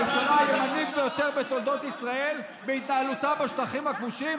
הממשלה הימנית ביותר בתולדות מדינת ישראל בהתנהלותה בשטחים הכבושים,